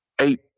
Eight